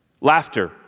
Laughter